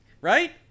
right